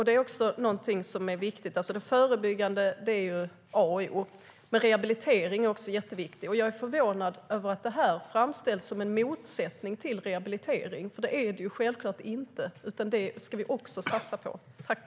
Det är någonting som är viktigt.